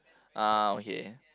uh okay